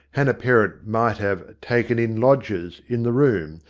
hannah perrott might have taken in lodgers in the room,